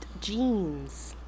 jeans